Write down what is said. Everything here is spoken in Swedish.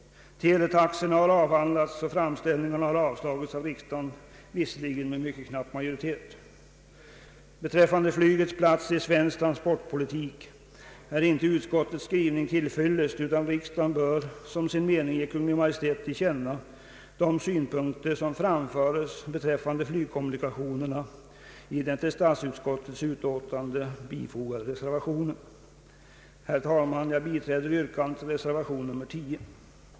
Teletaxorna har avhandlats och framställningarna har avslagits av riksdagen, visserligen med «ytterst knapp majoritet. Beträffande flygets plats i svensk transportpolitik är icke utskottets skrivning till fyllest, utan riksdagen bör som sin mening ge Kungl. Maj:t till känna de synpunkter som framföres beträffande flygkommunikationerna i den till statsutskottets utlåtande nr 105 fogade med 10 betecknade reservationen. Herr talman! Jag kommer att biträda yrkandet i reservation 10.